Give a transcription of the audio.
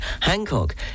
Hancock